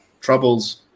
troubles